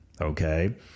Okay